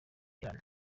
elan